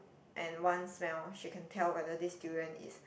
and one smell she can tell whether this durian is